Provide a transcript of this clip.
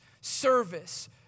service